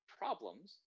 problems